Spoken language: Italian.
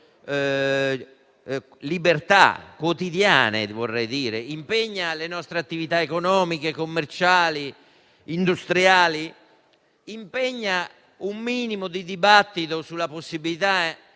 libertà quotidiane, le nostre attività economiche, commerciali e industriali e richiede un minimo di dibattito sulla possibilità